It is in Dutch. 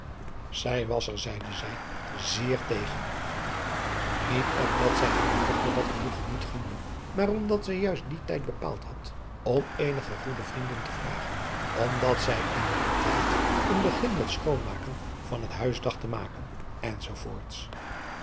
zij was er zeide zij zeer tegen niet omdat zij hare dochter dat genoegen niet gunde maar omdat zij juist dien tijd bepaald had om eenige goede vrienden te vragen omdat zij in dien tijd een begin met schoonmaken van het huis dacht te maken